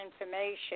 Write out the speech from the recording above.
information